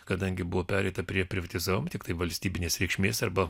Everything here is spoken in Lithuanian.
kadangi buvo pereita prie privatizavome tiktai valstybinės reikšmės arba